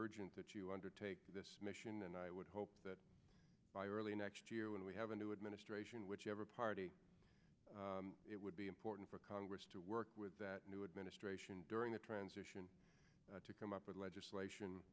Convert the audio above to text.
urgent that you undertake this mission and i would hope that by early next year when we have a new administration whichever party it would be important for congress to work with that new administration during the transition to come up with legislation